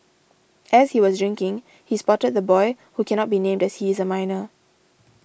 as he was drinking he spotted the boy who cannot be named that he is a minor